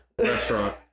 restaurant